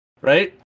Right